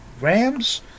Rams